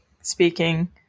speaking